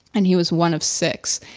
and he was one of six,